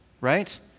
right